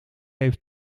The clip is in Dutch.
heeft